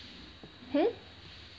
hmm